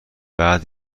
بعد